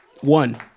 One